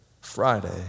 Friday